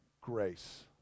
grace